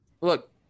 look